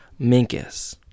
Minkus